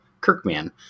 Kirkman